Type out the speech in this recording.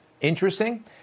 Interesting